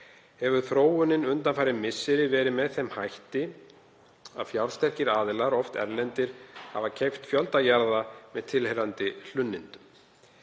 hefur þróunin verið með þeim hætti að fjársterkir aðilar, oft erlendir, hafa keypt fjölda jarða með tilheyrandi hlunnindum.